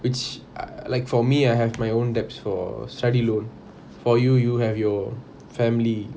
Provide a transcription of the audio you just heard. it's a~ like for me I have my own debts for study loan for you you have your family